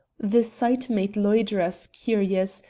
the sight made loiterers curious,